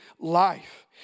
life